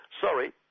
Sorry